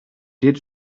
did